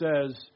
says